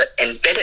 embedded